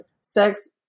sex